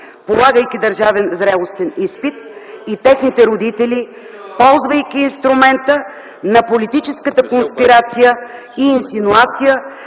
полагайки държавен зрелостен изпит, и техните родители, ползвайки инструмента на политическата конспирация и инсинуации.